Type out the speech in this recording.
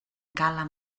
cala